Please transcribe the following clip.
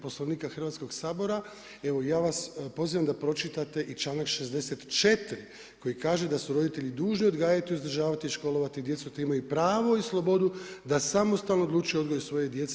Poslovnika Hrvatskoga sabora, evo ja vas pozivam da pročitate i članak 64. koji kaže da su roditelji dužni odgajati i uzdržavati i školovati djecu te imaju pravo i slobodu da samostalno odlučuju o odgoju svoje djece.